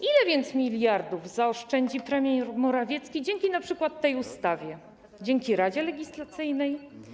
Ile więc miliardów zaoszczędzi premier Morawiecki np. dzięki tej ustawie, dzięki Radzie Legislacyjnej?